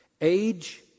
Age